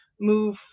move